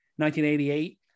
1988